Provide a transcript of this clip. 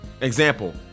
Example